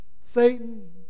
Satan